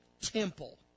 temple